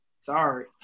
sorry